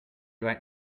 right